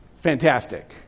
fantastic